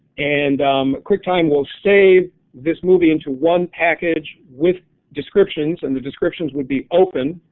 and quick time will save this movie in to one package with descriptions, and the descriptions would be open,